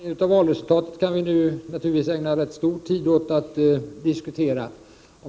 Fru talman! Tolkning av valresultat kan man naturligtvis ägna mycken tid åt att diskutera.